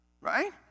Right